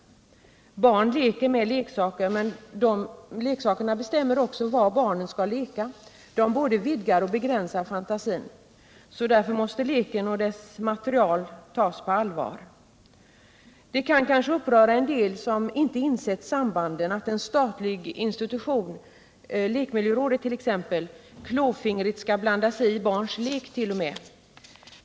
Barn leker med leksaker, men leksakerna bestämmer också vad barnen skall leka, de både vidgar och begränsar fantasin. Därför måste leken och dess material tas på allvar. Det kan uppröra en del som inte insett sambanden att en statlig institution — lekmiljörådet — klåfingrigt skall blanda sig i barnens lek.